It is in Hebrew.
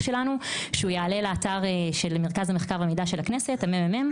שלנו שיעלה לאתר מרכז המחקר והמידע של הכנסת (ממ"מ).